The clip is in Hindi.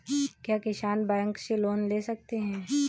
क्या किसान बैंक से लोन ले सकते हैं?